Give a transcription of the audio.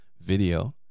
video